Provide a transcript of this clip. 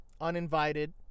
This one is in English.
Uninvited